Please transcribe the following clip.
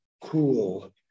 cool